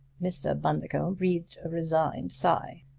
mr. bundercombe breathed a resigned sigh.